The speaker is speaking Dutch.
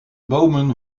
bomen